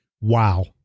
wow